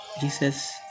Jesus